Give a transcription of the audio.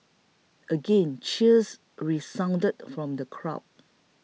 again cheers resounded from the crowd